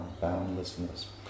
boundlessness